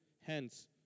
hence